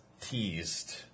teased